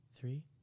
Three